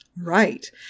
Right